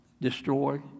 destroy